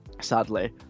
sadly